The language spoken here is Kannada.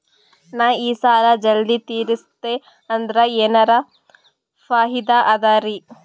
ನಾ ಈ ಸಾಲಾ ಜಲ್ದಿ ತಿರಸ್ದೆ ಅಂದ್ರ ಎನರ ಫಾಯಿದಾ ಅದರಿ?